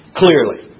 clearly